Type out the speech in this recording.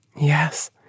Yes